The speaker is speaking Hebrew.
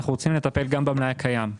אלא גם במלאי הקיים,